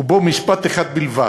ובו משפט אחד בלבד: